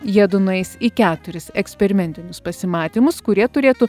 jiedu nueis į keturis eksperimentinius pasimatymus kurie turėtų